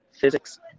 physics